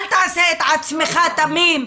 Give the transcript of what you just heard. אל תעשה את עצמך תמים.